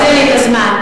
אתה תחזיר לי את הזמן.